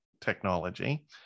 technology